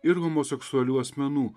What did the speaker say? ir homoseksualių asmenų